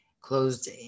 closed